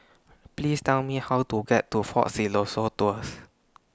Please Tell Me How to get to Fort Siloso Tours